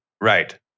Right